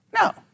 No